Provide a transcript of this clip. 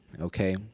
okay